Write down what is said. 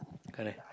correct